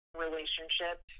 relationship